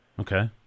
Okay